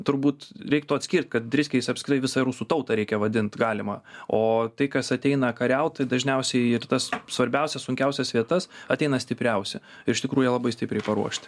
turbūt reiktų atskirt kad driskiais apskritai visą rusų tautą reikia vadint galima o tai kas ateina kariaut tai dažniausiai ir į tas svarbiausias sunkiausias vietas ateina stipriausi ir iš tikrųjų jie labai stipriai paruošti